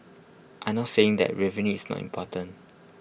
I am not saying that revenue is not important